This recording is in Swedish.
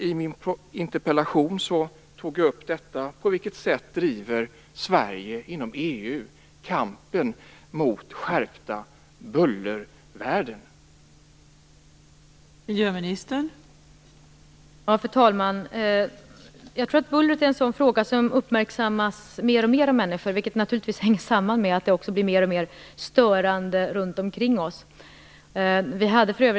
I min interpelllation tog jag också upp frågan om på vilket sätt Sverige bedriver kampen för skärpta bullervärden inom EU.